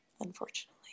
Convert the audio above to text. unfortunately